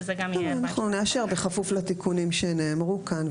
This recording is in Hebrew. שזה גם יהיה --- אנחנו נאשר בכפוף לתיקונים שנאמרו כאן,